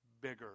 bigger